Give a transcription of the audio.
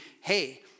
hey